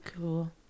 Cool